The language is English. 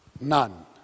None